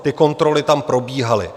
Ty kontroly tam probíhaly.